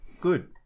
Good